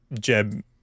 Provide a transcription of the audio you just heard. Jeb